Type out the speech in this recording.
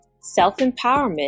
self-empowerment